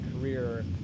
career